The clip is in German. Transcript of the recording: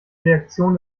reaktion